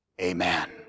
Amen